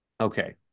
Okay